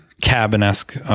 cabin-esque